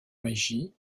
meiji